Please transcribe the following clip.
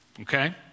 Okay